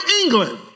England